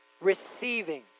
receiving